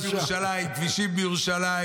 מה עשו, עיריית ירושלים, כבישים בירושלים.